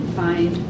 find